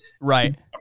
Right